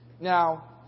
Now